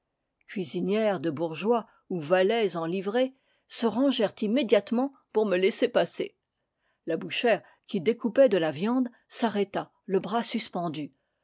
cuisinières de bourgeois ou valets en livrée se rangèrent immédiatement pour me laisser passer la bou chère qui découpait de la viande s'arrêta le bras